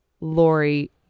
Lori